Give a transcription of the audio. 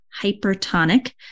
hypertonic